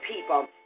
people